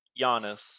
Giannis